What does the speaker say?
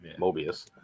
Mobius